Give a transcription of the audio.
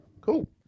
cool